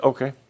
Okay